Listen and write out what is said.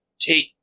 take